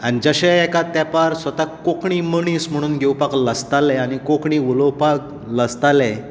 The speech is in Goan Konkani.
आनी जशें एका तेंपार स्वताक कोंकणी मनीस म्हणून घेवपाक लजताले आनी कोंकणी उलोवपाक लजताले